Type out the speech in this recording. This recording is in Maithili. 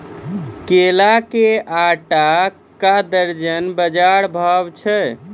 केला के आटा का दर्जन बाजार भाव छ?